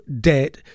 debt